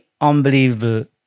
unbelievable